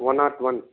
one not one